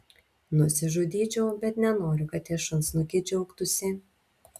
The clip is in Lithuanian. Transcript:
nusižudyčiau bet nenoriu kad tie šunsnukiai džiaugtųsi